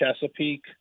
Chesapeake